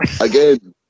again